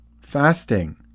fasting